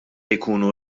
jkunu